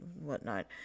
whatnot